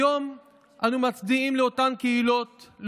היום אנו מצדיעים לאותן קהילות,